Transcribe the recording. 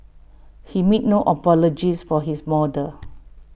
he makes no apologies for his model